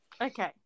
Okay